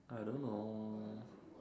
I don't know